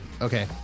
Okay